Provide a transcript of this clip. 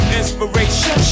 inspiration